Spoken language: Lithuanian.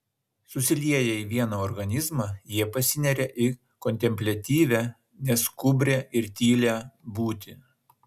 susilieję į vieną organizmą jie pasineria į kontempliatyvią neskubrią ir tylią būtį